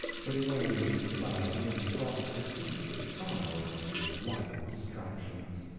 but he went into society, and sought surcease of sorrow in its light distractions.